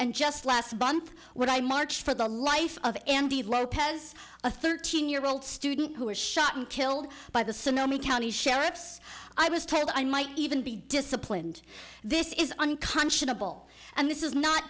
and just last month what i marched for the life of andy lopez a thirteen year old student who was shot and killed by the sonoma county sheriff's i was told i might even be disciplined this is unconscionable and this is not